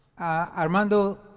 Armando